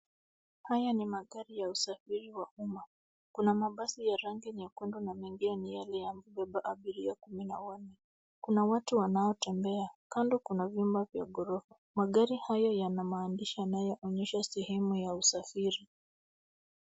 Haya ni magari ya usafiri wa uma. Kuna mabasi ya rangi nyekundu na mengine ni yale yamebeba abiria kumi na wanne. Kuna watu wanaotembea. Kando kuna vyumba vya ghorofa. Magari hayo yana maandishi yanayoonyesha sehemu ya usafiri.